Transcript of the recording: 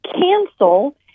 cancel